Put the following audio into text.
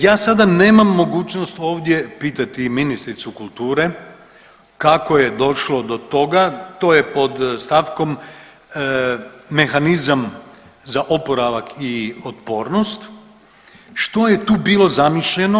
Ja sada nemam mogućnost ovdje pitati ministricu kulture kako je došlo do toga, to je pod stavkom Mehanizam za oporavak i otpornost, što je tu bilo zamišljeno.